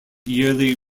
yearly